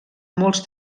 molts